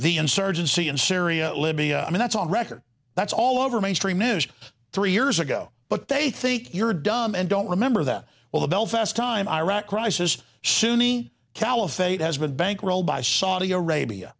the insurgency in syria or libya i mean that's on record that's all over mainstream is three years ago but they think you're dumb and don't remember that well the belfast time iraq crisis sunni caliphate has been bankrolled by saudi arabia